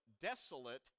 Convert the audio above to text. desolate